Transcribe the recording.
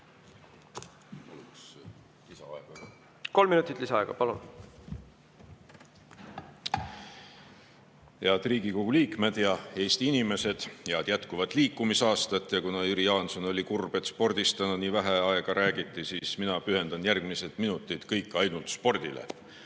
Kolm minutit lisaaega, palun! Head Riigikogu liikmed! Head Eesti inimesed! Head jätkuvat liikumisaastat! Kuna Jüri Jaanson oli kurb, et spordist täna nii vähe aega räägiti, siis pühendan mina kõik järgmised minutid ainult spordile.